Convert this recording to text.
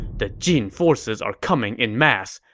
the jin forces are coming en masse.